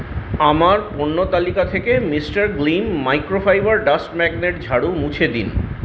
আমার পণ্য তালিকা থেকে mister Glim microfibre dust magnet ঝাড়ু মুছে দিন